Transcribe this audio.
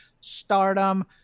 stardom